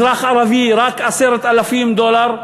התמ"ג, של אזרח ערבי הוא רק 10,000 דולר,